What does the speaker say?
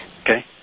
Okay